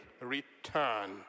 return